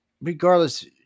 regardless